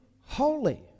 holy